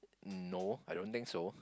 uh no I don't think so